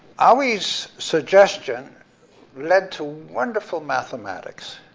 ah hauy's suggestion led to wonderful mathematics.